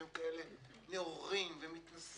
והם כאלה נאורים ומתנשאים,